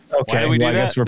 okay